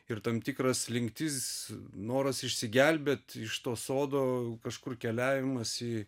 ir tam tikra slinktis noras išsigelbėt iš to sodo kažkur keliavimas į